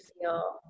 feel